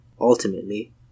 Ultimately